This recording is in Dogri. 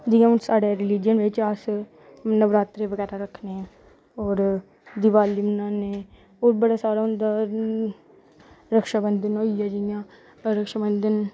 भगवान साढ़े रिलीज़न बिच अस नवरात्रे बगैरा रक्खने होर दिवाली बनाने होर बड़ा सारा होंदा रक्षाबंधन होइया जियां होर रक्षाबंधन